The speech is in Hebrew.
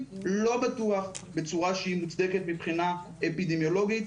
ולא בטוח בצורה שהיא מוצדקת מבחינה אפידמיולוגית.